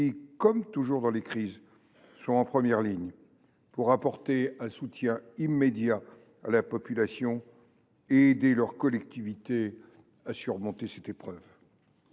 qui, comme toujours lors des crises, sont en première ligne pour apporter un soutien immédiat à la population et pour aider leurs collectivités à surmonter cette épreuve.